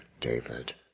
David